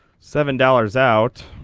seven dollars out.